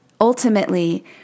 Ultimately